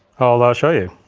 i'll ah show you.